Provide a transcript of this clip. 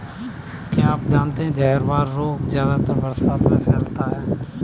क्या आप जानते है जहरवाद रोग ज्यादातर बरसात में फैलता है?